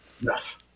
Yes